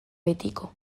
betiko